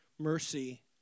Mercy